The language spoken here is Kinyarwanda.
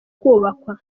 kubakwa